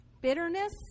Bitterness